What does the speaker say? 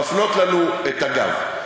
מפנות לנו את הגב.